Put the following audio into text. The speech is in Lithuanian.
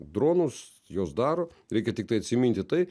dronus juos daro reikia tiktai atsiminti tai